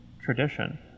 tradition